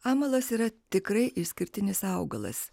amalas yra tikrai išskirtinis augalas